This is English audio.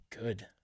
good